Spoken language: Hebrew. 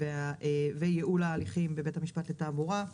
וייעול ההליכים בבית המשפט לתעבורה.